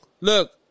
Look